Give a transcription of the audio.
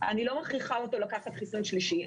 אני לא מכריחה אותו לקחת חיסון שלישי.